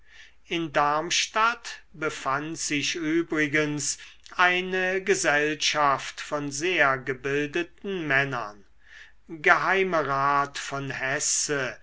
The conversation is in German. in darmstadt befand sich übrigens eine gesellschaft von sehr gebildeten männern geheimerat von hesse